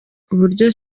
uburyo